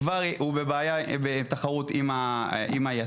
כבר נמצא בבעיה ובתחרות עם היצרניות.